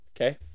Okay